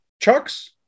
Chucks